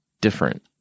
different